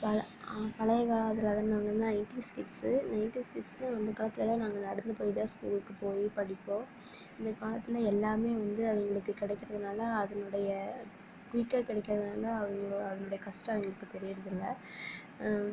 பழைய காலத்தில் இருந்தவங்கனா நைன்ட்டீஸ் கிட்ஸு நைன்ட்டீஸ் கிட்ஸு அந்தகாலத்திலலாம் நாங்கள் நடந்து போய் தான் ஸ்கூலுக்கு போய் படிப்போம் இந்த காலத்தில் எல்லாம் வந்து அவங்களுக்கு கிடைக்கிறதுனால அதனுடைய குயிக்காக கிடைக்கிறதுனால அது அதனுடைய கஷ்டம் அவங்களுக்கு தெரியிறதில்லை